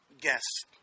guest